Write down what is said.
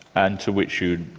and to which you,